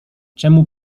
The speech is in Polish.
czemu